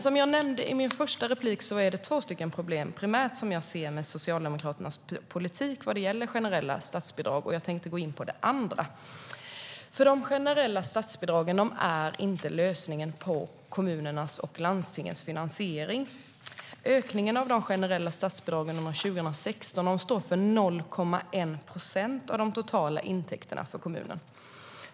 Som jag nämnde i min första replik är det två problem som jag primärt ser med Socialdemokraternas politik vad gäller generella statsbidrag. Jag tänkte nu gå in på det andra problemet. De generella statsbidragen är inte lösningen på kommunernas och landstingens finansiering. Ökningen av de generella statsbidragen under 2016 står för 0,1 procent av de totala intäkterna för kommunerna.